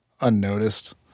unnoticed